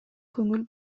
көңүл